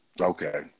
Okay